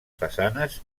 façanes